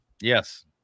Yes